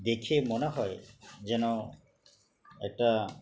দেখে মনে হয় যেন একটা